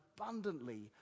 abundantly